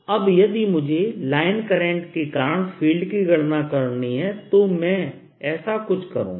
अब यदि मुझे लाइन करंट के कारण फील्ड की गणना करनी है तो मैं ऐसा कुछ करूँगा